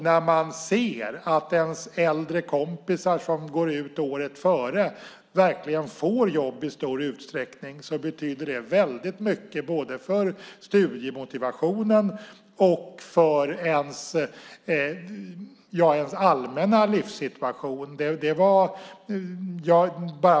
När man ser att ens äldre kompisar som går ut året före verkligen får jobb i stor utsträckning betyder det väldigt mycket både för studiemotivationen och ens allmänna livssituation.